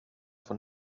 von